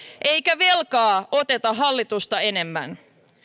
eikä velkaa oteta hallitusta enemmän